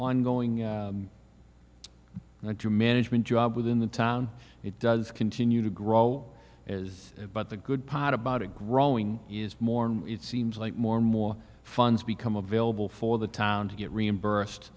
ongoing two management jobs within the town it does continue to grow is but the good part about it growing is more and it seems like more and more funds become available for the town to get reimbursed